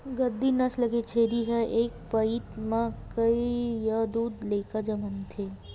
गद्दी नसल के छेरी ह एक पइत म एक य दू लइका जनमथे